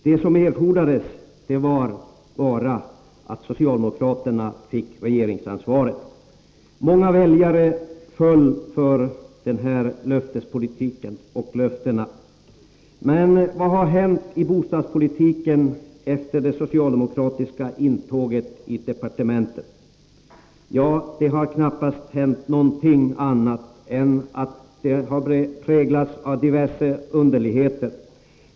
Vad som erfordrades var bara att socialdemokraterna fick regeringsansvaret. Många väljare föll för den här löftespolitiken. Vad har då hänt på bostadspolitikens område efter det socialdemokratiska intåget i departementet? Ja, det har i stort sett inte hänt något annat än diverse underligheter.